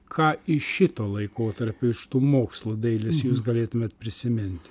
ką iš šito laikotarpio iš tų mokslų dailės jūs galėtumėt prisimint